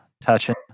touching